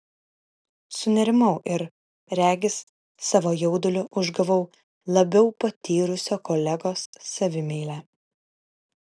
sunerimau ir regis savo jauduliu užgavau labiau patyrusio kolegos savimeilę